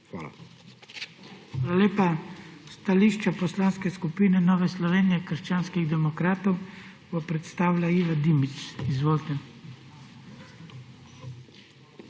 Hvala lepa. Stališča Poslanske skupine Nove Slovenije - krščanskih demokratov bo predstavila Iva Dimic. Izvolite. IVA